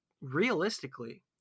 realistically